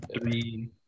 three